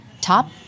Top